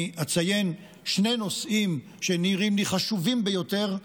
אני אציין שני נושאים שנראים לי חשובים ביותר,